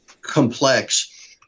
complex